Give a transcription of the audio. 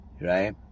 right